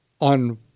on